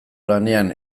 lanean